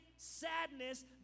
Sadness